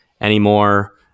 anymore